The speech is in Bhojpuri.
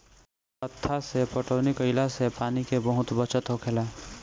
हत्था से पटौनी कईला से पानी के बहुत बचत होखेला